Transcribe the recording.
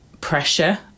pressure